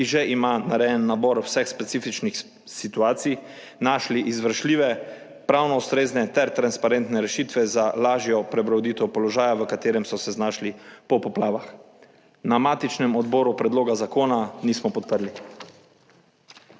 ki že ima narejen nabor vseh specifičnih situacij, našli izvršljive, pravno ustrezne ter transparentne rešitve za lažjo prebroditev položaja v katerem so. Se znašli po poplavah. Na matičnem odboru predloga zakona nismo podprli.